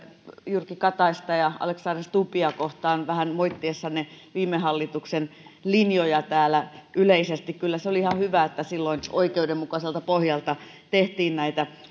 jyrki kataista ja alexander stubbia kohtaan vähän moittiessanne viime hallituksen linjoja täällä yleisesti kyllä se oli ihan hyvä että silloin oikeudenmukaiselta pohjalta tehtiin näitä